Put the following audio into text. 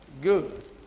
Good